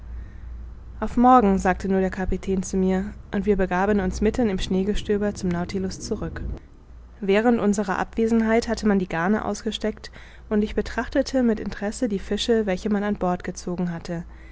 auf morgen sagte nur der kapitän zu mir und wir begaben uns mitten im schneegestöber zum nautilus zurück während unserer abwesenheit hatte man die garne ausgesteckt und ich betrachtete mit interesse die fische welche man an bord gezogen hatte